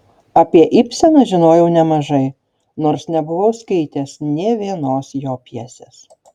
apie ibseną žinojau nemažai nors nebuvau skaitęs nė vienos jo pjesės